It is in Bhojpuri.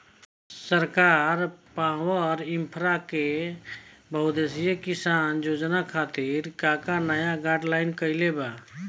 सरकार पॉवरइन्फ्रा के बहुउद्देश्यीय किसान योजना खातिर का का नया गाइडलाइन जारी कइले बा?